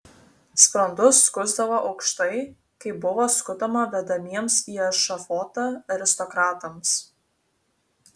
sprandus skusdavo aukštai kaip buvo skutama vedamiems į ešafotą aristokratams